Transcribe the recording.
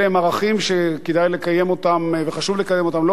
אלה ערכים שכדאי לקיים אותם וחשוב לקיים אותם לא